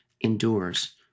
endures